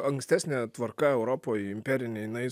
ankstesnė tvarka europoj imperinė jinai